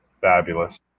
Fabulous